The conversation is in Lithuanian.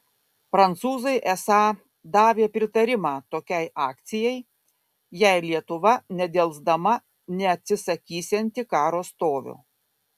prancūzai esą davė pritarimą tokiai akcijai jei lietuva nedelsdama neatsisakysianti karo stovio